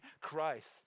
Christ